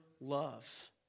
love